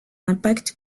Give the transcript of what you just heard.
impact